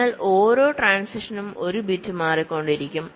അതിനാൽ ഓരോ ട്രാന്സിഷനും ഒരു ബിറ്റ് മാറിക്കൊണ്ടിരിക്കും